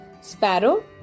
Sparrow